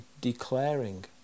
declaring